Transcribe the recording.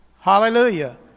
Hallelujah